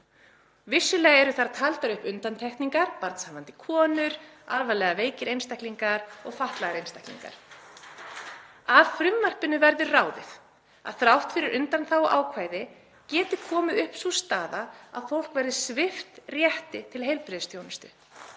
Vissulega eru þar taldar upp undantekningar; barnshafandi konur, alvarlega veikir einstaklingar og fatlaðir einstaklingar. Af frumvarpinu verður ráðið að þrátt fyrir undanþáguákvæði geti komið upp sú staða að fólk verði svipt rétti til heilbrigðisþjónustu.